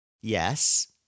Yes